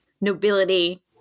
nobility